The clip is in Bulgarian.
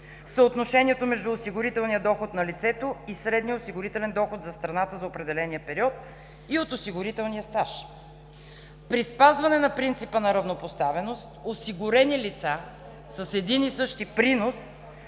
съотношението между осигурителния доход на лицето и средния осигурителен доход за страната за определения период и от осигурителния стаж. При спазване на принципа на равнопоставеност, осигурени лица с един и същи принос,